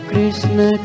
Krishna